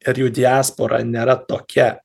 ir jų diaspora nėra tokia